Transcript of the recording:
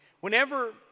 Whenever